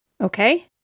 Okay